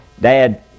dad